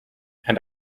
and